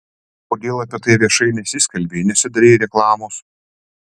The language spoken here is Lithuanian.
kodėl apie tai viešai nesiskelbei nesidarei reklamos